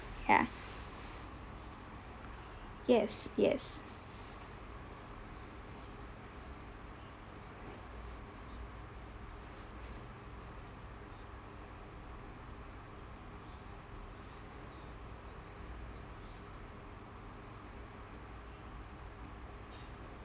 ya yes yes